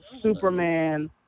Superman